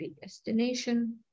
destination